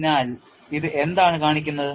അതിനാൽ ഇത് എന്താണ് കാണിക്കുന്നത്